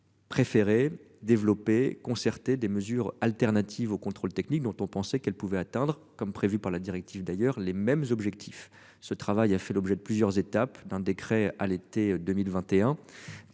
Préféré développer concertée des mesures alternatives au contrôle technique dont on pensait qu'elle pouvait atteindre comme prévu par la directive d'ailleurs les mêmes objectifs. Ce travail a fait l'objet de plusieurs étapes d'un décret à l'été 2021